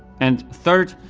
and third,